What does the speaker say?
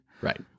right